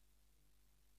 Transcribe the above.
התשפ"ד התשפ"ד 2023,